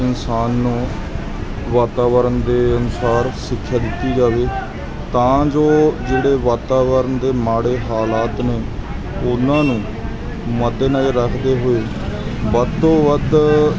ਇਨਸਾਨ ਨੂੰ ਵਾਤਾਵਰਨ ਦੇ ਅਨੁਸਾਰ ਸਿੱਖਿਆ ਦਿੱਤੀ ਜਾਵੇ ਤਾਂ ਜੋ ਜਿਹੜੇ ਵਾਤਵਰਨ ਦੇ ਮਾੜੇ ਹਾਲਾਤ ਨੇ ਉਨ੍ਹਾਂ ਨੂੰ ਮੱਦੇਨਜ਼ਰ ਰੱਖਦੇ ਹੋਏ ਵੱਧ ਤੋਂ ਵੱਧ